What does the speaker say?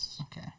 Okay